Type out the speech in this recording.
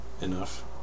enough